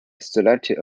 selected